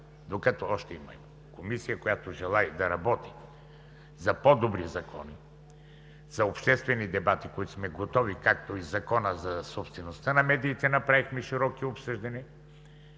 докато още има Комисия, която желае да работи за по-добри закони, за обществени дебати, които сме готови, както и в Закона за собствеността на медиите направихме широки обсъждания